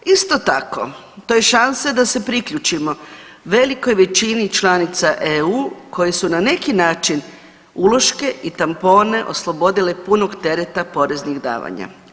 Isto tako, to je šansa da se priključimo velikoj većini članica EU koje su na neki način uloške i tampone oslobodile punog tereta poreznog davanja.